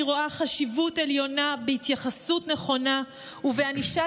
אני רואה חשיבות עליונה בהתייחסות נכונה ובענישה